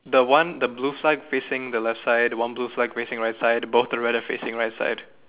the one the blue flag facing the left side one blue flag facing right side both the red are facing the right side